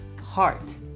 heart